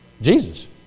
Jesus